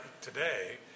today